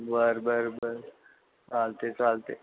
बरं बरं बरं चालते चालते